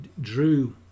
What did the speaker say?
drew